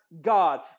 God